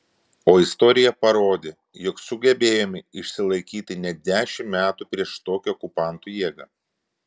o istorija parodė jog sugebėjome išsilaikyti net dešimt metų prieš tokią okupantų jėgą